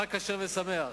חג כשר ושמח.